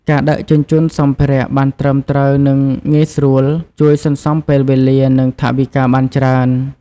ការដឹកជញ្ជូនសម្ភារៈបានត្រឹមត្រូវនិងងាយស្រួល ជួយសន្សំពេលវេលា និងថវិកាបានច្រើន។